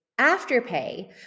Afterpay